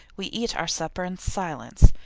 we eat our supper in silence.